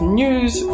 news